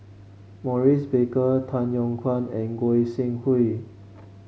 Maurice Baker Tay Yong Kwang and Goi Seng Hui